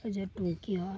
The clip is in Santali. ᱡᱮ ᱴᱩᱝᱠᱤ ᱦᱚᱸ